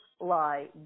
lie